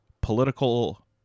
political